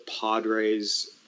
Padres